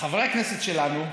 חברי הכנסת שלנו,